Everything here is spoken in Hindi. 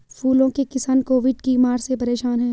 फूलों के किसान कोविड की मार से परेशान है